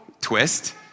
twist